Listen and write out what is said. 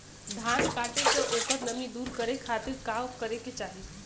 धान कांटेके ओकर नमी दूर करे खाती का करे के चाही?